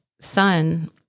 son